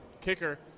kicker